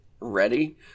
ready